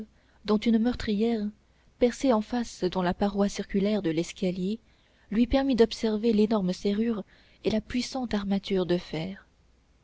dont une meurtrière percée en face dans la paroi circulaire de l'escalier lui permit d'observer l'énorme serrure et la puissante armature de fer